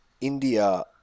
India